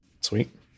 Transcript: Sweet